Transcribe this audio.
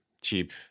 cheap